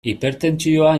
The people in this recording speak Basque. hipertentsioa